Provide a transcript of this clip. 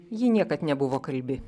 ji niekad nebuvo kalbi